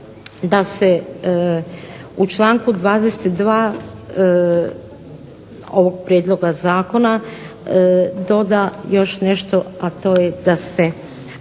da se u članku 22. ovog prijedloga zakona doda još nešto, a to je da se